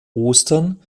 ostern